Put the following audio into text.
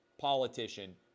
politician